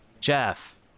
Jeff